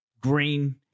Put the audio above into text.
green